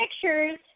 pictures